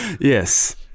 Yes